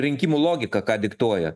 rinkimų logika ką diktuoja